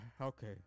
okay